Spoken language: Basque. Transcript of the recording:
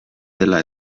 dela